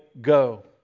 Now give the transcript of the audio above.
go